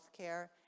healthcare